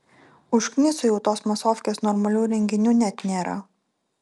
užkniso jau tos masofkės normalių renginių net nėra